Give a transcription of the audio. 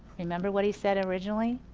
remember what he said originally?